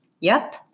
Yep